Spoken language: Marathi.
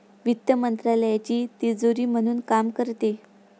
वित्त मंत्रालयाची तिजोरी म्हणून काम करते